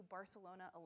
Barcelona